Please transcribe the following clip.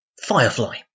Firefly